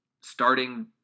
starting